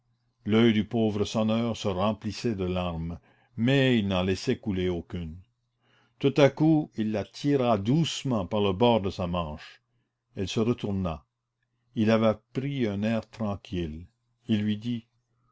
l'oeil du pauvre sonneur se remplissait de larmes mais il n'en laissait couler aucune tout à coup il la tira doucement par le bord de sa manche elle se retourna il avait pris un air tranquille il lui dit